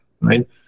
right